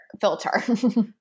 filter